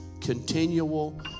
continual